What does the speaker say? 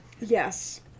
Yes